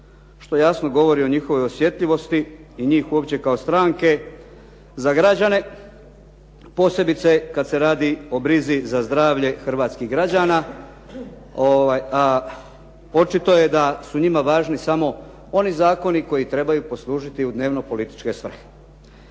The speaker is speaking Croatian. što jasno govori o njihovoj osjetljivosti i njih uopće kao stranke za građane, posebice kada se radi o brizi za zdravlje hrvatskih građana, a očito je da su njima važni samo oni zakoni koji trebaju poslužiti u dnevno političke svrhe.